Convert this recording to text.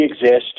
exist